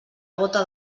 bóta